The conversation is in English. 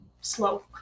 Slow